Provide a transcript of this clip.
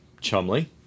Chumley